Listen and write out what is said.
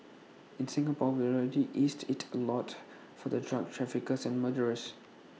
in Singapore we've already eased IT A lot for the drug traffickers and murderers